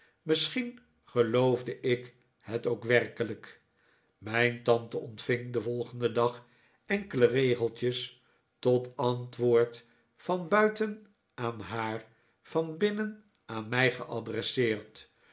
misschien geloofde ik het ook werkelijk mijn tante ontving den volgenden dag enkele regeltjes tot antwoord van buiten aan haar van binnen aan mij geadresseerd